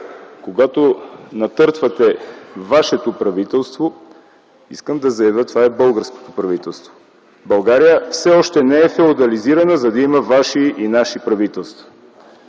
Когато натъртвате „вашето” правителство, искам да заявя – това е българското правителство. България все още не е феодализирана, за да има ваши и наши правителства.